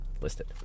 listed